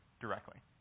directly